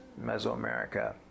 Mesoamerica